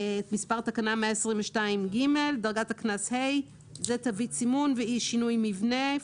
לעבירהדרגת סידוריהתקנההקנס 179ו122גה זה תווית סימון ואי שינוי מבנה.